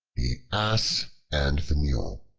the ass and the mule